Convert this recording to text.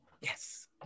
Yes